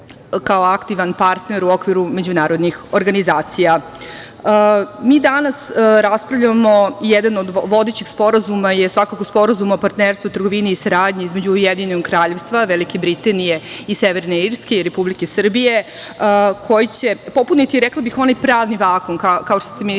kao aktivan partner u okviru međunarodnih organizacija. Mi danas raspravljamo i jedan od vodećih sporazuma je svakako Sporazum o partnerstvu, trgovini i saradnji između Ujedinjenog Kraljevstva Velike Britanije i Severne Irske i Republike Srbije koji će popuniti, rekla bih, onaj pravni vakuum, kao što ste,